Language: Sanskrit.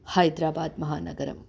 हैद्राबादमहानगरम्